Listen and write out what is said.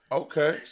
okay